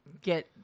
get